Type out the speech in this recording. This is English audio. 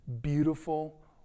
beautiful